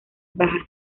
baja